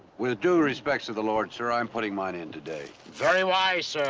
with due respect to the lord, sir, i'm putting mine in today. very wise, sir.